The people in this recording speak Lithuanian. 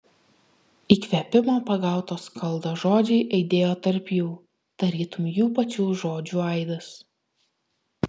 įkvėpimo pagauto skaldo žodžiai aidėjo tarp jų tarytum jų pačių žodžių aidas